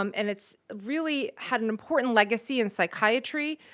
um and it's really had an important legacy in psychiatry,